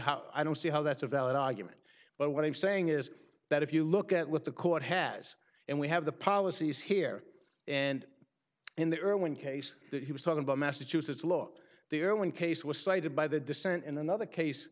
how i don't see how that's a valid argument but what i'm saying is that if you look at what the court has and we have the policies here and in the irwin case that he was talking about massachusetts law the irwin case was cited by the dissent in another case